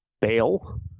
Bail